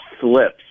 slips